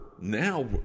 now